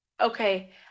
okay